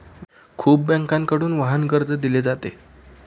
खूप बँकांकडून वाहन कर्ज दिले जाते